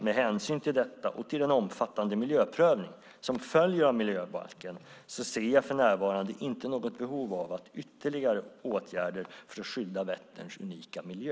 Med hänsyn till detta och till den omfattande miljöprövning som följer av miljöbalken ser jag för närvarande inte något behov av ytterligare åtgärder för att skydda Vätterns unika miljö.